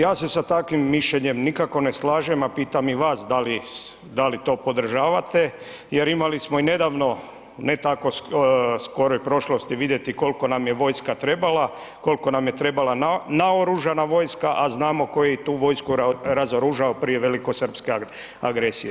Ja se sa takvim mišljenjem nikako ne slažem, a pitam i vas da li, da li to podržavate, jer imali smo i nedavno ne tako skoroj prošlosti vidjeti koliko nam je vojska trebala, kolko nam je trebala naoružana vojska, a znamo ko je i tu vojsku razoružao prije velikosrpske agresije.